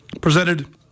presented